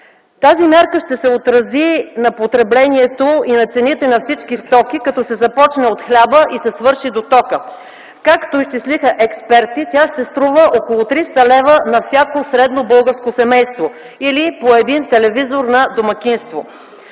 Тази мярка ще се отрази на потреблението и на цените на всички стоки, като се започне от хляба и се свърши с тока. Както изчислиха експерти тя ще струва около 300 лв. на всяко средно българско семейство или по един телевизор на домакинство.